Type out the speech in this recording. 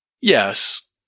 Yes